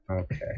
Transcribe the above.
Okay